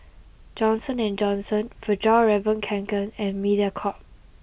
Johnson and Johnson Fjallraven Kanken and Mediacorp